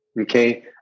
okay